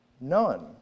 None